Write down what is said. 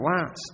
last